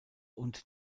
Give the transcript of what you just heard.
und